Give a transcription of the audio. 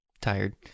tired